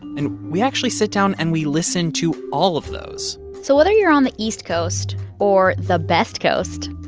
and we actually sit down and we listen to all of those so whether you're on the east coast or the best coast.